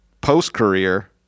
post-career